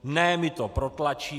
Ne, my to protlačíme.